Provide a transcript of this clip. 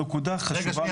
אני כל הזמן